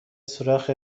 سوراخ